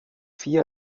vier